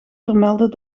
vermelden